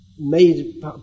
Made